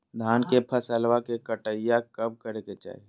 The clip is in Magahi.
धान के फसलवा के कटाईया कब करे के चाही?